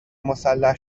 مسلح